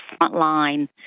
frontline